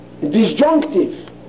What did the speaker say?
disjunctive